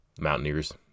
Mountaineers